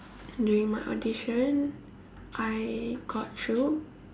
during my audition I got through